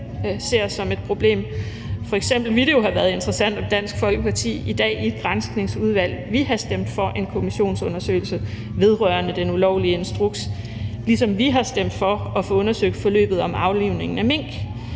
ser som et problem. F.eks. ville det jo have været interessant, at Dansk Folkeparti i dag i et granskningsudvalg ville have stemt for en kommissionsundersøgelse vedrørende den ulovlige instruks, ligesom vi har stemt for at få undersøgt forløbet om aflivningen af mink.